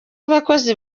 abakozi